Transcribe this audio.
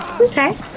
Okay